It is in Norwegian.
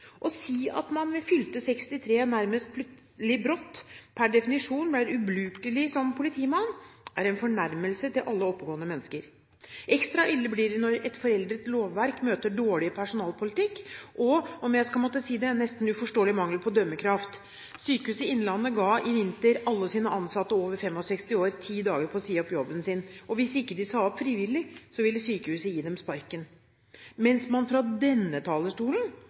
Å si at man ved fylte 63 brått per definisjon er ubrukelig som politimann, er en fornærmelse overfor alle oppegående mennesker. Ekstra ille blir det når et foreldet lovverk møter dårlig personalpolitikk og – om jeg skal måtte si det – en nesten uforståelig mangel på dømmekraft. Sykehuset Innlandet ga i vinter alle sine ansatte over 65 år ti dager på å si opp jobben sin, og hvis de ikke sa opp frivillig, ville sykehuset gi dem sparken. Mens man fra denne talerstolen